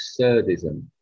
absurdism